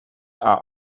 are